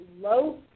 low